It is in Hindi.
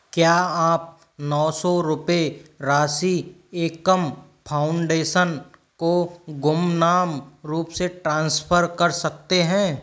क्या आप नौ सौ रुपये राशि एकम फाउंडेशन को गुमनाम रूप से ट्रांसफ़र कर सकते हैं